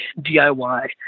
DIY